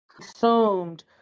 consumed